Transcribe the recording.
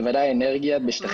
ובוודאי אנרגיה בשטחים מבונים.